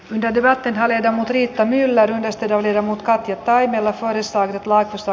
näkyvä tenhonen riitta myller päästä välillä mutkat ja taimela saalistaa nyt laitosta